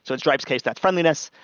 so in stipe's case, that's friendliness.